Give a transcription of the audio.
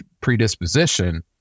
predisposition